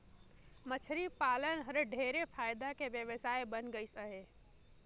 मछरी पालन हर ढेरे फायदा के बेवसाय बन गइस हे